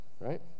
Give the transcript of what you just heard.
Right